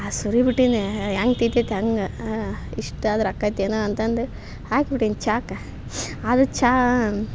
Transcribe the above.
ಹಾ ಸುರಿಬಿಟ್ಟೀನಿ ಹ್ಯಾಂಗೆ ತಿಂತೈತ ಹಂಗ ಇಷ್ಟಾದ್ರ ಅಕ್ಕೈತಿ ಏನು ಅಂತ ಅಂದು ಹಾಕ್ಬಿಟ್ಟೀನಿ ಚಾಕ ಹದ ಚಾ